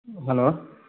hello